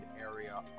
area